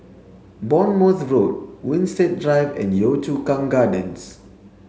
Bournemouth Road Winstedt Drive and Yio Chu Kang Gardens